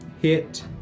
Hit